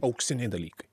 auksiniai dalykai